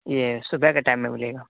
یہ صبح کے ٹائم میں ملے گا